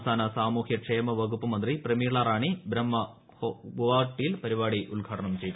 സംസ്ഥാന സാമൂഹ്യ ക്ഷേമ വകുപ്പ് മന്ത്രി പ്രമീള റാണി ബ്രഹ്മ ഗോഹട്ടിയിൽ പരിപാടി ഉദ് ഘാടനം ചെയ്തു